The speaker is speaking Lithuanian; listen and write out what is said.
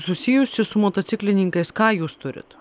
susijusi su motociklininkais ką jūs turit